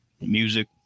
music